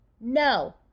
No